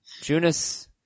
Junis